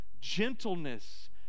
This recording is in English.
gentleness